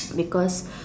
because